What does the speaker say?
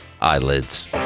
Eyelids